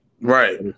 Right